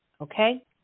okay